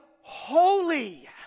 holy